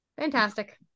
fantastic